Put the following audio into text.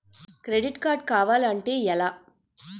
Credit card కావాలి అంటే ఎలా?